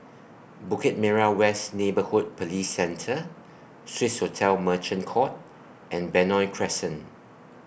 Bukit Merah West Neighbourhood Police Centre Swissotel Merchant Court and Benoi Crescent